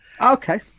Okay